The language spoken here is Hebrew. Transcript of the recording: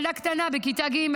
ילדה קטנה בכיתה ג'.